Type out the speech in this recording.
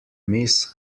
miss